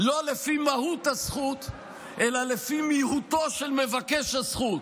לא לפי מהות הזכות אלא לפי מיהותו של מבקש הזכות.